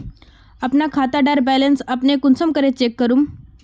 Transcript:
अपना खाता डार बैलेंस अपने कुंसम करे चेक करूम?